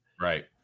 right